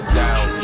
down